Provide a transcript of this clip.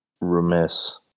remiss